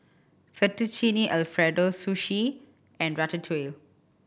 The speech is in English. Fettuccine Alfredo Sushi and Ratatouille